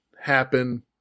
happen